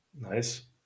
Nice